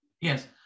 Yes